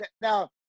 now